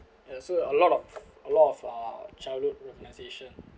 ya so a lot of a lot of uh childhood recognising